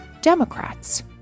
Democrats